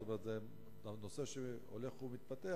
זאת אומרת זה נושא שהולך ומתפתח,